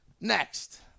Next